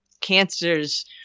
cancer's